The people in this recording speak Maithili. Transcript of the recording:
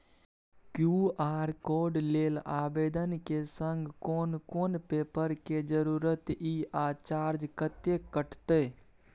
क्यू.आर कोड लेल आवेदन के संग कोन कोन पेपर के जरूरत इ आ चार्ज कत्ते कटते?